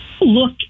look